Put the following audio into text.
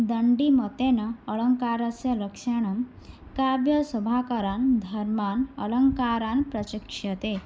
दण्डिमतेन अलङ्कारस्य लक्षणं काव्यशोभाकरान् धर्मान् अलङ्कारान् प्रचक्षते